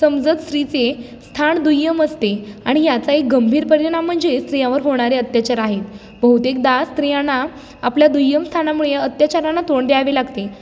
समजात स्त्रीचे स्थान दुय्यम असते आणि याचा एक गंभीर परिणाम म्हणजे स्त्रियांवर होणारे अत्याचार आहेत बहुतेकदा स्त्रियांना आपल्या दुय्यम स्थानामुळे अत्याचारांना तोंड द्यावे लागते